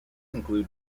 include